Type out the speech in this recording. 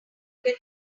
can